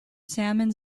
salmon